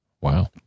Wow